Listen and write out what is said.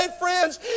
friends